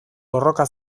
borroka